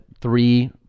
three